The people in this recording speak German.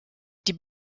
die